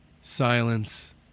silence